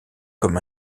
comme